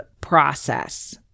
process